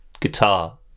guitar